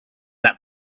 that